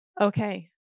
Okay